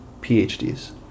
PhDs